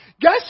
Guess